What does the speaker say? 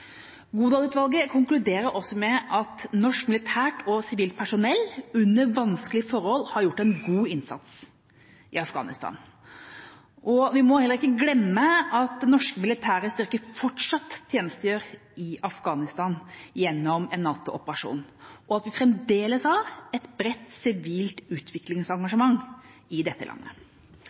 Godal-utvalget konkluderer også med at norsk militært og sivilt personell under vanskelige forhold har gjort en god innsats i Afghanistan. Vi må heller ikke glemme at norske militære styrker fortsatt tjenestegjør i Afghanistan gjennom en NATO-operasjon, og at vi fremdeles har et bredt sivilt utviklingsengasjement i dette landet.